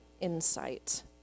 insight